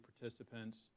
participants